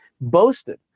boasted